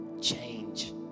change